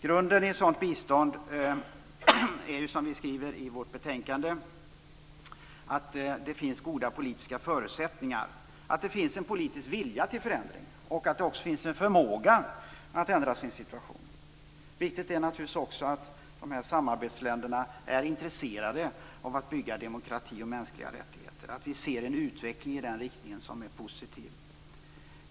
Grunden i ett sådant bistånd är ju, som vi skriver i vårt betänkande, att det finns goda politiska förutsättningar, att det finns en politisk vilja till förändringar och en förmåga att ändra på situationen. Viktigt är naturligtvis också att samarbetsländerna är intresserade av att bygga upp demokrati och mänskliga rättigheter, att vi ser en positiv utveckling i den riktningen.